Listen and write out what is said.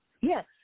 Yes